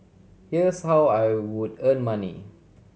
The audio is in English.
here's how I would earn money